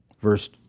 verse